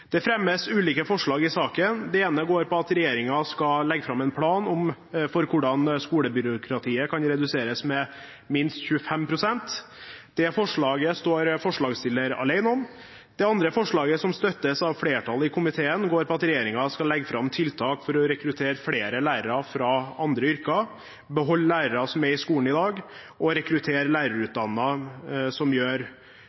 Det fremmes ulike forslag i saken. Det ene går på at regjeringen skal legge fram en plan for hvordan skolebyråkratiet kan reduseres med minst 25 pst. Det forslaget står forslagsstillerne alene om. Det andre forslaget, som støttes av flertallet i komiteen, går på at regjeringen skal «legge frem tiltak for å rekruttere flere lærere fra andre yrker, beholde lærere som er i skolen i dag, og rekruttere lærerutdannede som